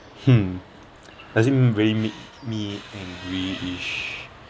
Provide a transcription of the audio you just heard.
hmm doesn't really make me angryish